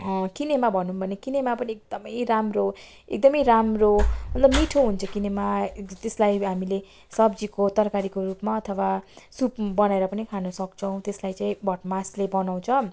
किनेमा भनौँ भने किनेमा पनि एकदमै राम्रो एकदमै राम्रो मतलब मिठो हुन्छ किनेमा त्यसलाई हामीले सब्जीको तरकारीको रूपमा अथवा सुप बनाएर पनि खानसक्छौँ त्यसलाई चाहिँ भटमासले बनाउँछौँ